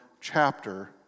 chapter